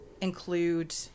include